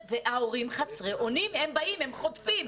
הם באים, הם חוטפים.